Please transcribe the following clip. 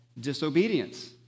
disobedience